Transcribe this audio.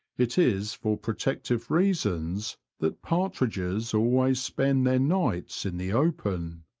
it is for protective reasons that partridges always spend their nights in the open.